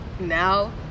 Now